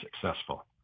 successful